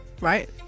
right